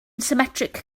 symmetric